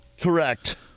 Correct